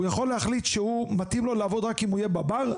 הוא יכול להחליט שהוא מתאים לו לעבוד רק אם הוא יהיה בבר?